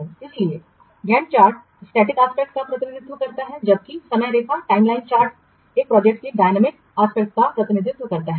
इसलिए Gantt chart static aspect स्थिर पहलू का प्रतिनिधित्व करता है जबकि समयरेखा चार्ट यह प्रोजेक्ट की डायनामिकगतिशील प्रगति का प्रतिनिधित्व करता है